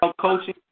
coaching